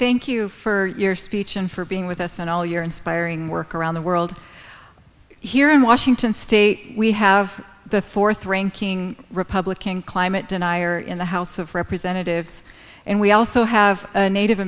thank you for your speech and for being with us and all your inspiring work around the world here in washington state we have the fourth ranking republican climate denier in the house of representatives and we also have a native